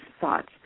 thoughts